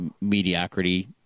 mediocrity